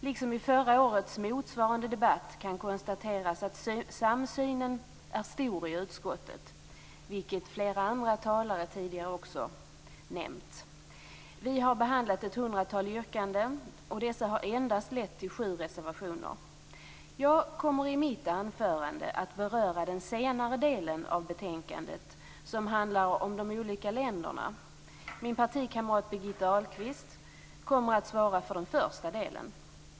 Liksom i förra årets motsvarande debatt kan konstateras att samsynen är stor i utskottet, vilket flera andra talare tidigare också har nämnt. Vi har behandlat ett hundratal yrkanden. Dessa har endast lett till sju reservationer. Jag kommer i mitt anförande att beröra den senare delen av betänkandet som handlar om de olika länderna. Min partikamrat Birgitta Ahlqvist kommer att svara för den första delen.